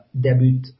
debut